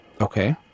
Okay